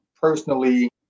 personally